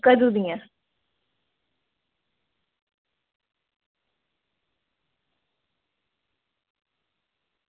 कदूं दियां